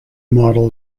model